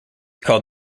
called